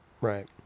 Right